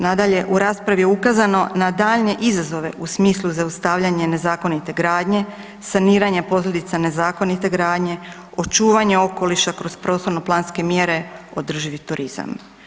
Nadalje, u raspravi je ukazano na daljnje izazove u smislu zaustavljanja nezakonite gradnje, saniranja posljedica nezakonite gradnje, očuvanja okoliša kroz prostorno-planske mjere, održivi turizam.